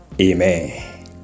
Amen